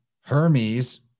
Hermes